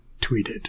tweeted